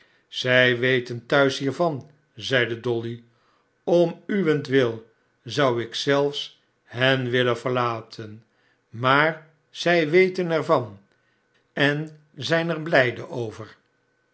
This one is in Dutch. zij weten thuis hiervan zeide dolly om uwentwilzouik zelfs hen willen verlaten maar zij weten er van en zijn er blijde over